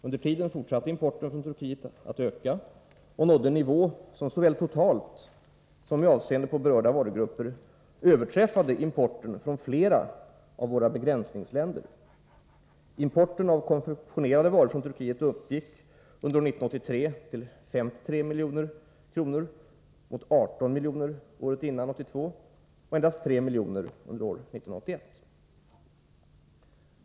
Under tiden fortsatte importen från Turkiet att öka och nådde en nivå som såväl totalt som med avseende på berörda varugrupper överträffade importen från flera av våra begränsningsländer. Importen av konfektionerade varor från Turkiet uppgick under år 1983 till 53 milj.kr. mot 18 milj.kr. under år 1982 och endast 3 milj.kr. under år 1981.